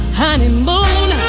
honeymoon